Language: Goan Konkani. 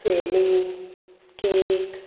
फेणी केक